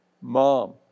Mom